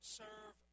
serve